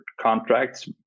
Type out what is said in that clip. contracts